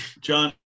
John